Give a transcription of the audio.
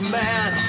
man